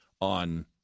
on